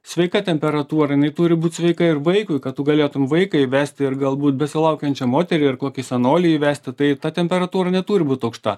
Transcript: sveika temperatūra jinai turi būti sveika ir vaikui kad tu galėtum vaiką įvesti ir galbūt besilaukiančią moterį ar kokį senolį įvesti tai ta temperatūra neturi būt aukšta